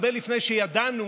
הרבה לפני שידענו